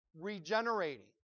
regenerating